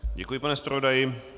Děkuji, pane zpravodaji.